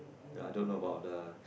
ya I don't know about the